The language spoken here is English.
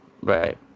Right